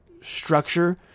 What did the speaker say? structure